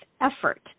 effort